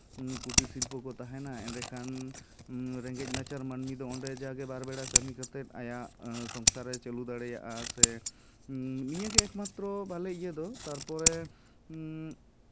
ᱠᱩᱴᱤᱨ ᱥᱤᱞᱯᱚ ᱠᱚ ᱛᱟᱦᱮᱱᱟ ᱮᱰᱮᱠᱷᱟᱱ ᱨᱮᱸᱜᱮᱡᱽ ᱱᱟᱪᱟᱨ ᱢᱟᱹᱱᱢᱤ ᱫᱚ ᱚᱸᱰᱮ ᱡᱟᱜᱮ ᱵᱟᱨ ᱵᱮᱲᱟ ᱠᱟᱹᱢᱤ ᱠᱟᱛᱮᱫ ᱟᱭᱟᱜ ᱥᱚᱝᱥᱟᱨ ᱮ ᱪᱟᱹᱞᱩ ᱫᱟᱲᱮᱭᱟᱜᱼᱟ ᱥᱮ ᱱᱤᱭᱟᱹᱜᱮ ᱮᱠ ᱢᱟᱛᱛᱨᱚ ᱵᱷᱟᱞᱮ ᱤᱭᱟᱹ ᱫᱚ ᱛᱟᱨᱯᱚᱨᱮ ᱮᱫ